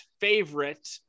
favorite